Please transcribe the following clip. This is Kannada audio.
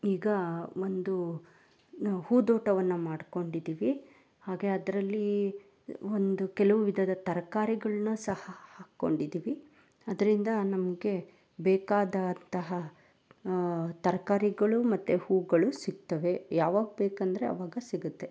ಈಗ ಒಂದು ಹೂದೋಟವನ್ನು ಮಾಡಿಕೊಂಡಿದ್ದೀವಿ ಹಾಗೇ ಅದರಲ್ಲಿ ಒಂದು ಕೆಲವು ವಿಧದ ತರಕಾರಿಗಳನ್ನ ಸಹ ಹಾಕೊಂಡಿದ್ದೀವಿ ಅದರಿಂದ ನಮಗೆ ಬೇಕಾದಂತಹ ತರಕಾರಿಗಳು ಮತ್ತು ಹೂಗಳು ಸಿಗ್ತವೆ ಯಾವಾಗ ಬೇಕೆಂದ್ರೆ ಆವಾಗ ಸಿಗುತ್ತೆ